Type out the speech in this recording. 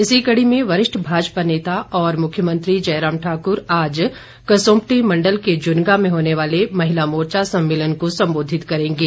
इसी कड़ी में वरिष्ठ भाजपा नेता और मुख्यमंत्री जयराम ठाकुर आज कसुम्पटी मण्डल के जुन्गा में होने वाले महिला मोर्चा सम्मेलन को संबोधित करेंगे